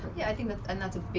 yeah, i think and that's a